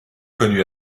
connu